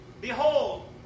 behold